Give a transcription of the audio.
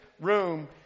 room